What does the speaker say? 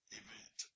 event